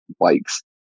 bikes